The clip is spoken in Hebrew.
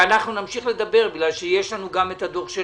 ואנחנו נמשיך לדבר בגלל שיש לנו גם את הדוח של